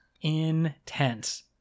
Intense